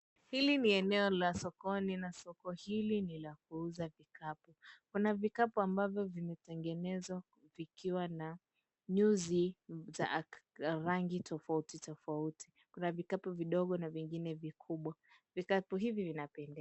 Hili ni eneo la sokoni, na soko hili ni la kuuza vikapu. Kuna vikapu ambavyo vimetengenezwa vikiwa na nyuzi za rangi tofauti tofauti, kuna vikapu vidogo na vingine vikubwa. Vikapu hivi vinapendeza.